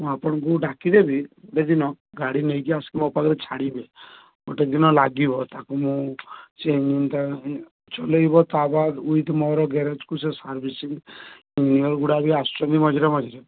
ମୁଁ ଆପଣଙ୍କୁ ଡ଼ାକିଦେବି ସେଦିନ ଗାଡ଼ି ନେଇକି ଆସିକି ମୋ ପାଖରେ ଛାଡ଼ିବେ ଗୋଟେ ଦିନ ଲାଗିବ ତାକୁ ମୁଁ ଚଲେଇବ ତା ବାଦ୍ ଉଇଥ୍ ମୋର ଗେରେଜ୍କୁ ସିଏ ସାର୍ଭିସିଂ ଆସୁଛନ୍ତି ବି ମଝିରେ ମଝିରେ